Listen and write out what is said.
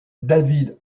david